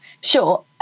Sure